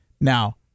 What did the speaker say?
Now